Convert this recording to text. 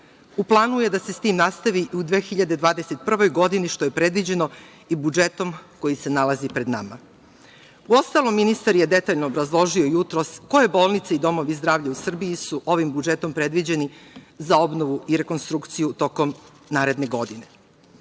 planu je da se sa tim nastavi i u 2021. godini, što je predviđeno i budžetom koji se nalazi pred nama. U ostalom, ministar je detaljno obrazložio jutros koje bolnice i domovi zdravlja u Srbiji su ovim budžetom predviđeni za obnovu i rekonstrukciju tokom naredne godine